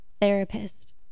Therapist